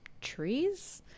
trees